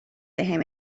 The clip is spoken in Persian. بهم